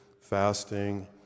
fasting